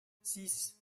six